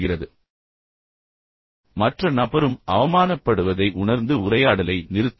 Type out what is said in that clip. ஒருபோதும் சிரிக்க வேண்டாம் அல்லது அந்த நபர் உங்கள் கருத்துப்படி உங்கள் சிந்தனை நிலைக்கு மிகவும் தாழ்ந்த ஒன்றைச் சொல்கிறார்